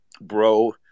bro